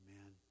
Amen